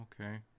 Okay